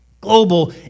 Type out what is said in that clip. Global